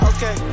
Okay